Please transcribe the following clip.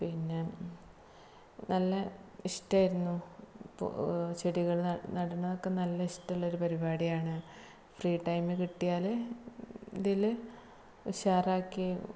പിന്നെ നല്ല ഇഷ്ടമായിരുന്നു ചെടികൾ നടുന്നതൊക്കെ നല്ല ഇഷ്ടമുള്ള പരിപാടി ആണ് ഫ്രീ ടൈമ് കിട്ടിയാൽ ഇതിൽ ഉഷാറാക്കി